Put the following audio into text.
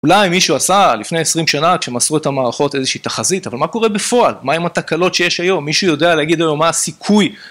אולי מישהו עשה לפני 20 שנה, כשמסרו את המערכות איזושהי תחזית, אבל מה קורה בפועל? מה עם התקלות שיש היום? מישהו יודע להגיד לנו מה הסיכוי?